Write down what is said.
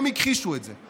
הם הכחישו את זה.